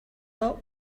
lot